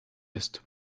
ist